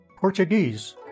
Portuguese